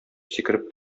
сикереп